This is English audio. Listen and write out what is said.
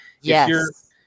Yes